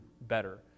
better